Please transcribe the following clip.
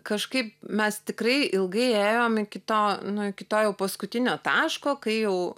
kažkaip mes tikrai ilgai ėjom iki to nu iki to jau paskutinio taško kai jau